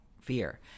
fear